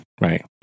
right